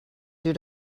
due